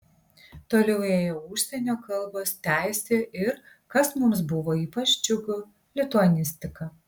toliau ėjo užsienio kalbos teisė ir kas mums buvo ypač džiugu lituanistika